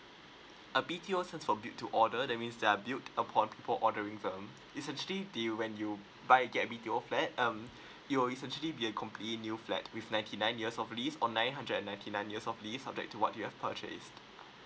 a B_T_ O stands for build to order that means there are built upon for ordering it's actually deal when you buy a get B_T_O flat um you always actually be a completely new flat with ninety nine years of lease or nine hundred and ninety nine years of lease subject to what you have purchase